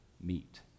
meet